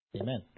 Amen